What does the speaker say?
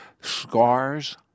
scars